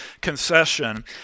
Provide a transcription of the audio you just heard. concession